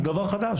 זה דבר חדש.